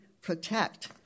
protect